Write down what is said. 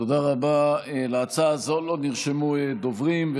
תודה רבה, להצעה זו לא נרשמו דוברים.